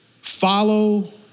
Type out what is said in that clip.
follow